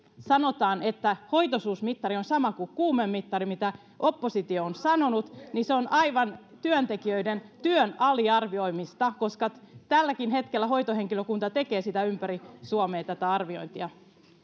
sanotaan että hoitoisuusmittari on sama kuin kuumemittari mitä oppositio on sanonut niin se on työntekijöiden työn aliarvioimista koska tälläkin hetkellä hoitohenkilökunta tekee ympäri suomea tätä arviointia